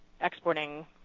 exporting